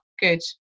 Good